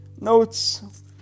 notes